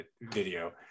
video